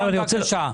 ירון, בבקשה.